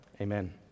Amen